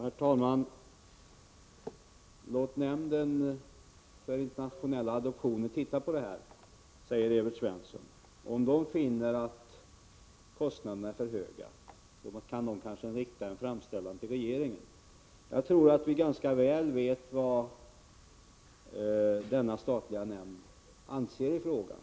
Herr talman! Låt nämnden för internationella adoptionsfrågor titta på det här, säger Evert Svensson. Om nämnden finner att kostnaderna är för höga kan den kanske rikta en framställan till regeringen. Jag tror att vi ganska väl vet vad denna statliga nämnd anser i frågan.